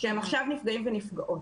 שהם עכשיו נפגעים ונפגעות.